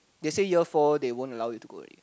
they say year four they won't allow you to go already